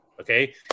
okay